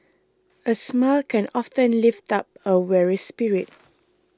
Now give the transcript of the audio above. a smile can often lift up a weary spirit